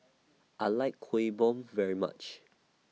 I like Kueh Bom very much